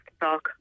talk